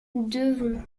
devons